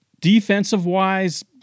Defensive-wise